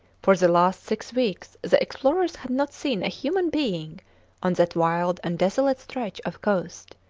for the last six weeks the explorers had not seen a human being on that wild and desolate stretch of coast,